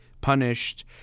punished